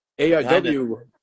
AIW